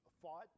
fought